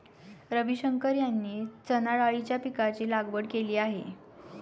रविशंकर यांनी चणाडाळीच्या पीकाची लागवड केली आहे